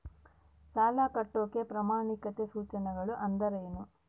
ಸಾಲ ಕಟ್ಟಾಕ ಪ್ರಮಾಣಿತ ಸೂಚನೆಗಳು ಅಂದರೇನು?